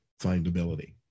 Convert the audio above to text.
findability